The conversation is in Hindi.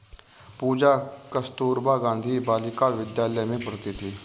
पूजा कस्तूरबा गांधी बालिका विद्यालय में पढ़ती थी